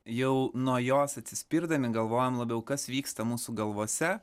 jau nuo jos atsispirdami galvojom labiau kas vyksta mūsų galvose